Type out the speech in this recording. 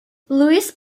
louis